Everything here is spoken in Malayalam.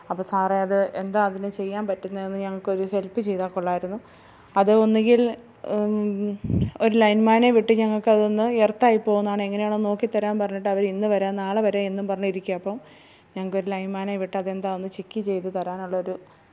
അപ്പോള് സാറേ അത് എന്താ അതിന് ചെയ്യാന് പറ്റുന്നേന്ന് ഞങ്ങള്ക്കൊരു ഹെല്പ്പ് ചെയ്താല് കൊള്ളാമായിരുന്നു അത് ഒന്നുകില് ഒരു ലൈന്മാനെ വിട്ട് ഞങ്ങള്ക്കതൊന്ന് എര്ത്തായി പോകുന്നാണോ എങ്ങനെയാണോ നോക്കി തരാന് പറഞ്ഞിട്ടവര് ഇന്നു വരാം നാളെ വരാം എന്നും പറഞ്ഞിരിക്കുവാ അപ്പോള് ഞങ്ങള്ക്കൊരു ലൈന്മാനെ വിട്ടതെന്താന്ന് ചെക്ക് ചെയ്തു തരാനുള്ളൊരു